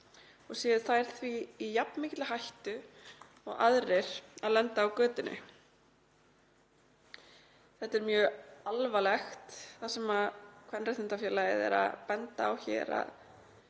og séu þær því í jafn mikilli hættu og aðrir að lenda á götunni. Þetta er mjög alvarlegt sem Kvenréttindafélagið er að benda á hér, að